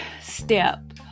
step